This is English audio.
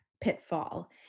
pitfall